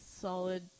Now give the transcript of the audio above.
solid